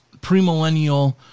premillennial